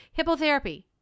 Hippotherapy